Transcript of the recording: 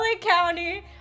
county